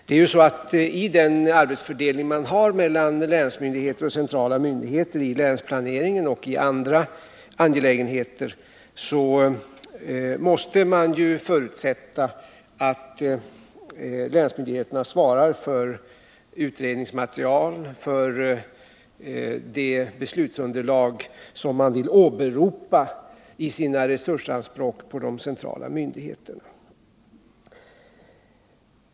Det är ju så att i den ansvarsfördelning som råder mellan länsmyndigheter och centrala myndigheter för länsplaneringen och i andra angelägenheter måste man förutsätta att länsmyndigheterna svarar för utredningsmaterial och det beslutsunderlag som man vill åberopa i sina resursanspråk gentemot de centrala myndigheterna.